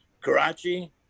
Karachi